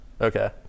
Okay